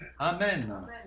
Amen